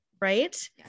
right